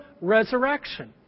resurrection